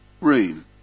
room